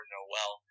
Noel